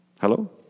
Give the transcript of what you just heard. Hello